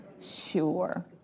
Sure